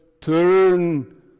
turn